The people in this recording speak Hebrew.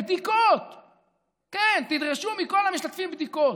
בדיקות, כן, תדרשו מכל המשתתפים בדיקות,